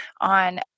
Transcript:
on